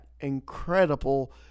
incredible